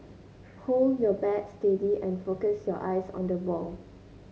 hold your bat steady and focus your eyes on the ball